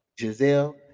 Giselle